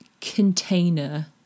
container